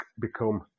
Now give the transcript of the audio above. become